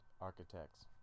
architects